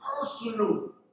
personal